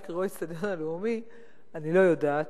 יקראו האיצטדיון הלאומי אני לא יודעת,